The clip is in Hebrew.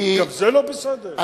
גם זה לא בסדר?